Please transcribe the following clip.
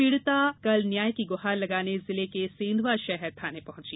पीड़िता उजमा कल न्याय की गुहार लगाने जिले के सेंधवा शहर थाने पहुंची